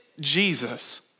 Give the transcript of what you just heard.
Jesus